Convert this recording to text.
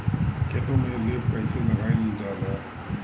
खेतो में लेप कईसे लगाई ल जाला?